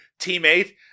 teammate